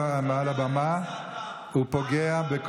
רק באירוע חריג הוא יכול.